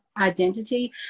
identity